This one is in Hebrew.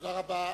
תודה רבה.